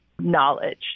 knowledge